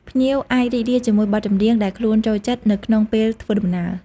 ភ្ញៀវអាចរីករាយជាមួយបទចម្រៀងដែលខ្លួនចូលចិត្តនៅក្នុងពេលធ្វើដំណើរ។